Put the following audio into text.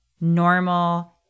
normal